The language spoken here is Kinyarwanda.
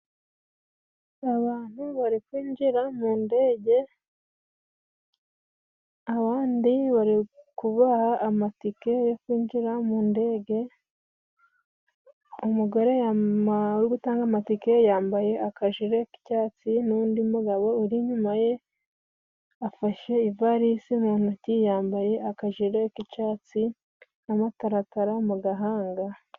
Abantu bari kwinjira mu ndege, abandi bari kubaha amatike yo kwinjira mu ndege, umugore uri gutanga amatike, yambaye akajire k'icyatsi, n'undi mugabo uri inyuma ye afashe ivarisi mu ntoki, yambaye akajire k'icyatsi n'amataratara mu gahanga.